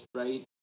right